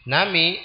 Nami